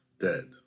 dead